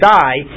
die